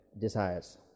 desires